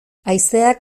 haizeak